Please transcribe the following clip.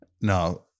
No